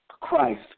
Christ